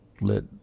let